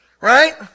Right